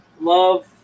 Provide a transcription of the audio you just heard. love